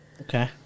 Okay